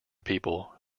people